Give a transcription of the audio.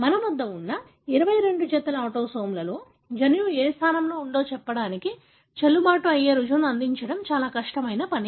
మన వద్ద ఉన్న 22 జతల ఆటోసోమ్లో జన్యువు ఏ స్థానంలో ఉందో చెప్పడానికి చెల్లుబాటు అయ్యే రుజువును అందించడం చాలా కష్టమైన పని